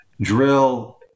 drill